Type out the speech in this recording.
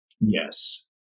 Yes